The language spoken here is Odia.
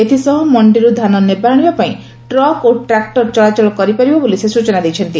ଏଥିସହ ମଣ୍ଡିରୁ ଧାନ ନେବାଆଶିବା ପାଇଁ ଟ୍ରକ୍ ଓ ଟ୍ରାକ୍ଟର ଚଳାଚଳ କରିପାରିବ ବୋଲି ସେ ସ୍ଚନା ଦେଇଛନ୍ତି